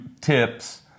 tips